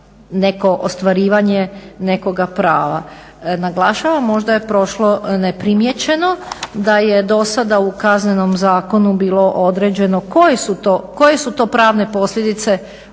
neko ostvarivanje nekoga prava. Naglašavam, možda je prošlo neprimijećeno da je do sada u KZ-u bilo određeno koje su to pravne posljedice